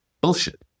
bullshit